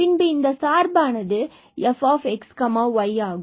பின்பு இந்த சார்பானது fxy ஆகும்